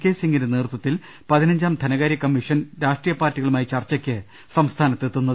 K സിംഗിന്റെ നേതൃത്വത്തിൽ പതിനഞ്ചാം ധനകാര്യ കമ്മീഷൻ രാഷ്ട്രീയ പാർട്ടി കളുമായി ചർച്ചയ്ക്ക് സംസ്ഥാനത്ത് എത്തുന്നത്